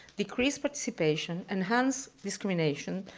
decreased participation, enhanced discrimination,